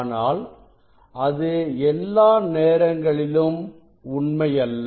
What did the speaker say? ஆனால் அது எல்லா நேரங்களிலும் உண்மையல்ல